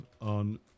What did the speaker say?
on